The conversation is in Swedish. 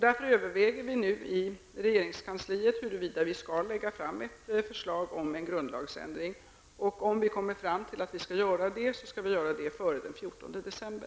Därför överväger vi nu i regeringskansliet huruvida vi skall lägga fram ett förslag om en grundlagsändring. Om vi kommer fram till att vi skall göra det, skall det ske före den 14 december.